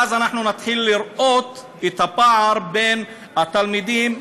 ואז אנחנו נתחיל לראות את הפער בין התלמידים.